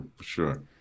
sure